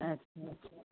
अच्छा अच्छा